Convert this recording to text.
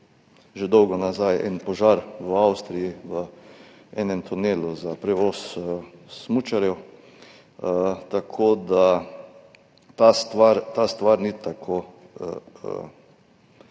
že dolgo nazaj en požar v Avstriji v enem tunelu za prevoz smučarjev. Ta stvar ni tako